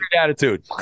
attitude